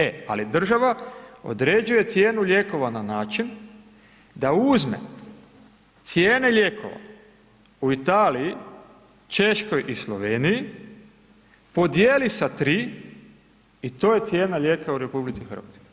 E, ali država određuje cijenu lijekova na način da uzme cijene lijekova u Italiji, Češkoj i Sloveniji, podijeli sa 3 i to je cijena lijeka u RH.